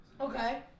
Okay